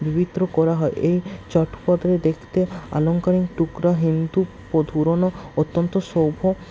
বিভিত্র করা হয় এই চটপদে দেখতে আলঙ্কারিক টুকরা পুরোনো অত্যন্ত শৌভ